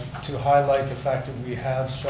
to highlight the fact that we have,